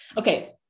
Okay